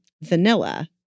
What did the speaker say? Vanilla